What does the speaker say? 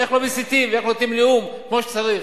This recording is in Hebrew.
איך לא מסיתים ואיך נותנים נאום כמו שצריך.